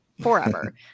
forever